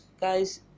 guys